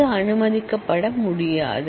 இது அனுமதிக்கப்பட முடியாது